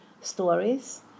stories